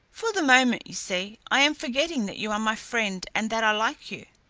for the moment, you see, i am forgetting that you are my friend and that i like you.